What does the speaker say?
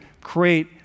create